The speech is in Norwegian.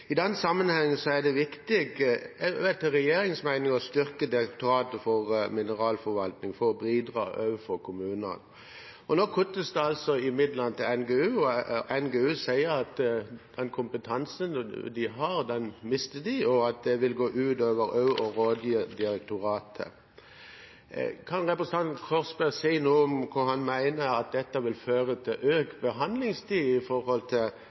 I den sammenheng er det viktig, også etter regjeringens mening, å styrke Direktoratet for mineralforvaltning for å bidra også fra kommunene. Nå kuttes det altså i midlene til NGU, og NGU sier at den kompetansen de har, mister de, og at det også vil gå ut over å rådgi direktoratet. Kan representanten Korsberg si noe om hvorvidt han mener dette vil føre til økt behandlingstid